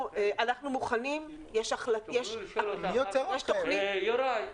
יוראי,